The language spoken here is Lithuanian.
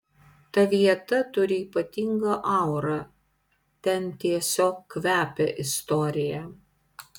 ta vieta turi ypatingą aurą ten tiesiog kvepia istorija